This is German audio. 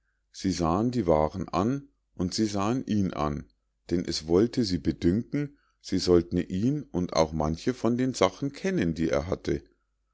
sie sahen die waaren an und sie sahen ihn an denn es wollte sie bedünken sie sollten ihn und auch manche von den sachen kennen die er hatte